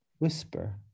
Whisper